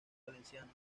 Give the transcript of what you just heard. valenciana